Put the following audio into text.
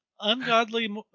ungodly